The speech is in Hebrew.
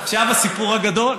עכשיו הסיפור הגדול.